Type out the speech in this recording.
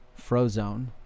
Frozone